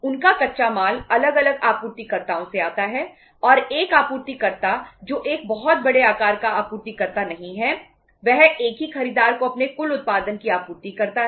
उनका कच्चा माल अलग अलग आपूर्तिकर्ताओं से आता है और एक आपूर्तिकर्ता जो एक बहुत बड़े आकार का आपूर्तिकर्ता नहीं है वह एक ही खरीदार को अपने कुल उत्पादन की आपूर्ति करता है